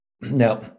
Now